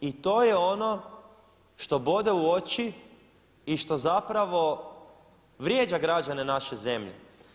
I to je ono što bode u oči i što zapravo vrijeđa građane naše zemlje.